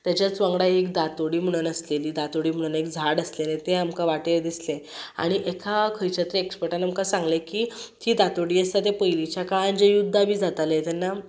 तेज्याच वांगडा एक दांतोडी म्हणन आसलेली दांतोडी म्हणन एक झाड आसलेलें तें आमकां वाटेर दिसलें आनी एका खंयच्या तरी एक्सपर्टान आमकां सांगलें की ती दांतोडी आसा ते पयलींच्या काळान जे युध्दा बी जाताले तेन्ना